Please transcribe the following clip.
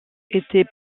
étaient